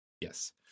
Yes